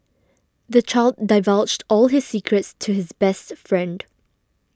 the child divulged all his secrets to his best friend